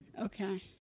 Okay